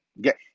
Get